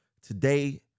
Today